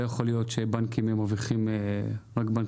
לא יכול להיות שבנקים מרוויחים בנק